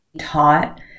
taught